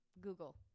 Google